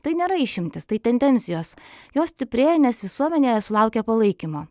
tai nėra išimtis tai tendencijos jos stiprėja nes visuomenėje sulaukia palaikymo